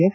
S